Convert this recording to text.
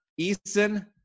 Eason